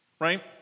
Right